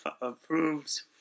approves